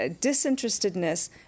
Disinterestedness